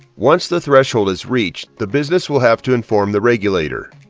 once the threshold is reached the business will have to inform the regulator.